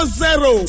zero